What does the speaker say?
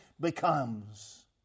becomes